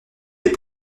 les